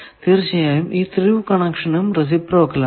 തീർച്ചയായും ഈ ത്രൂ കണക്ഷനും റെസിപ്രോക്കൽ ആണ്